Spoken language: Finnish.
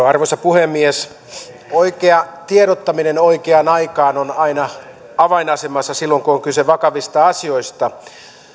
arvoisa puhemies oikea tiedottaminen oikeaan aikaan on aina avainasemassa silloin kun on kyse vakavista asioista